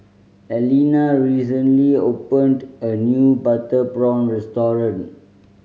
Alena recently opened a new butter prawn restaurant